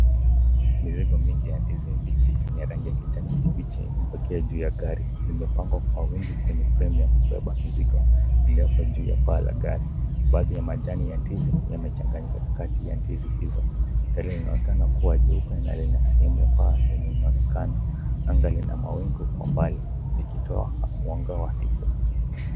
Mizingo mingi ya ndizi mbichi, zenye rangi ya kijani kibichi, imepakiwa juu ya gari zimepangwa kwa wingi kwenye fremu ya mizigo, iliyoko juu ya paa la gari, baadhi ya majani ya ndizi, yamechanganganyika kati ya ndizi hizo, gari inaonekana kuwa jeupe na ina sehemu ya paa yenye inaonekana, anga lina mawingu kwa mbali, ikitoa mwanga hafifu.